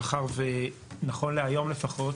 מאחר ונכון להיום לפחות